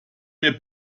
mir